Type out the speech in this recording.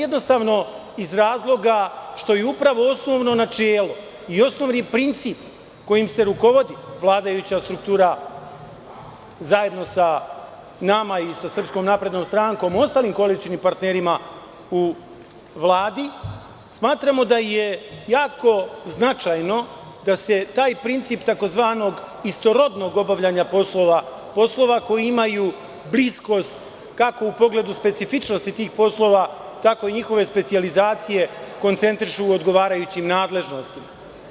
Jednostavno, iz razloga što je upravo osnovno načelo i osnovni princip kojim se rukovodi vladajuća struktura, zajedno sa nama i sa SNS i ostalim koalicionim partnerima u Vladi, smatramo da je jako značajno da se taj princip tzv. istorodnog obavljanja poslova, poslova koji imaju bliskost, kako u pogledu specifičnosti tih poslova, tako i njihove specijalizacije, koncentrišu u odgovarajućim nadležnostima.